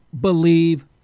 believe